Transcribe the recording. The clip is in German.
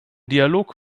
dialog